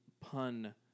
pun